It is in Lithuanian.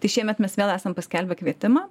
tai šiemet mes vėl esam paskelbę kvietimą